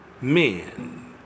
Men